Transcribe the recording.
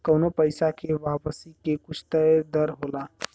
कउनो पइसा के वापसी के कुछ तय दर होला